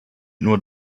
nur